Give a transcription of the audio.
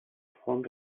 fons